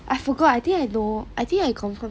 I forgot I think I know I think I confirm